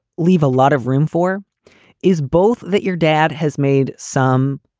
leave a lot of room for is both that your dad has made some,